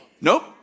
Nope